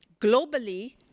globally